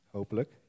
Hopelijk